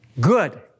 good